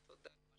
תודה על מה